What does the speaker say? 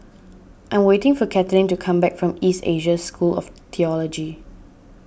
I'm waiting for Kathleen to come back from East Asia School of theology